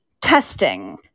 testing